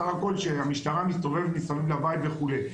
סך הכל שהמשטרה מסתובבת מסביב לבית וכו'.